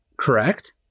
correct